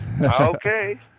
Okay